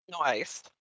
Nice